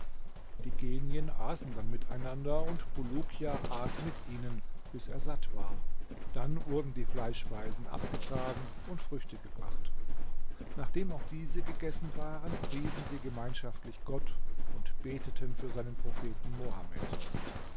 die genien aßen dann miteinander und bulukia aß mit ihnen bis er satt war dann wurden die fleischspeisen abgetragen und früchte gebracht nachdem auch diese gegessen waren priesen sie gemeinschaftlich gott und beteten für seinen propheten mohammed